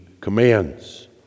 commands